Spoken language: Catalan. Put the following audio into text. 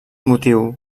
motiu